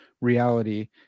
reality